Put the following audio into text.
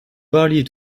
parliez